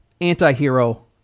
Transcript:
anti-hero